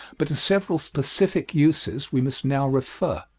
but to several specific uses we must now refer.